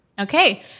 Okay